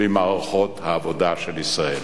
במערכות העבודה של ישראל.